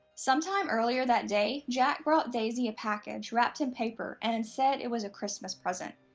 sometime earlier that day, jack brought daisie a package, wrapped in paper, and said it was a christmas present.